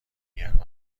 گرم